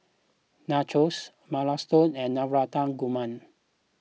Nachos Minestrone and Navratan Korma